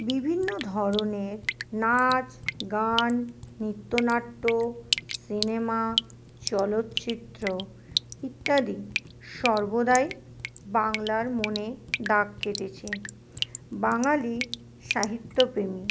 বিভিন্ন ধরণের নাচ গান নৃত্যনাট্য সিনেমা চলচ্চিত্র ইত্যাদি সর্বদাই বাংলার মনে দাগ কেটেছে বাঙালি সাহিত্যপ্রেমী